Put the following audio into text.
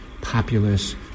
populace